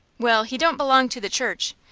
well, he don't belong to the church.